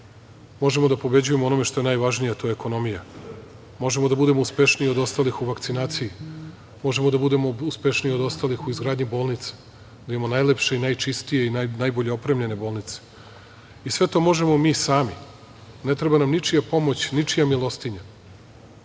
možemo da pobeđujemo u onome što je najvažnije, a to je ekonomija. Možemo da budemo uspešniji u vakcinaciji. Možemo da budemo uspešniji od ostalih u izgradnji bolnica, da imamo najlepše, najčistije i najbolje opremljene bolnice. Sve to možemo mi sami. Ne treba nam ničija pomoć, ničija milostinja,